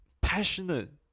passionate